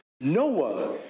Noah